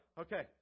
okay